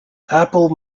apple